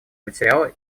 материала